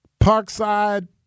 Parkside